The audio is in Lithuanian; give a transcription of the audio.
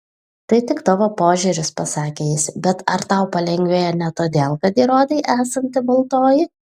tai tik tavo požiūris pasakė jis bet ar tau palengvėjo ne todėl kad įrodei esanti baltoji